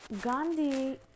Gandhi